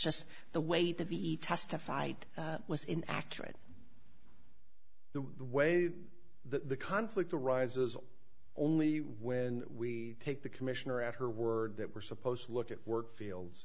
just the way the ve testified was in accurate the way the conflict arises only when we take the commissioner at her word that we're supposed to look at work fields